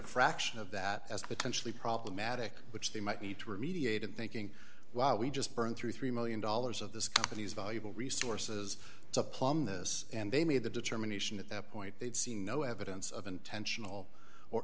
a fraction of that as potentially problematic which they might need to remediate and thinking wow we just burned through three million dollars of this guy but he's valuable resources to plumb this and they made the determination at that point they've seen no evidence of intentional or